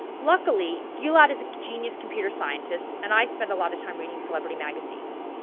luckily gilad is a genius computer scientist and i spend a lot of time reading celebrity magazines.